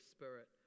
Spirit